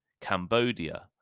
Cambodia